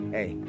Hey